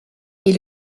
est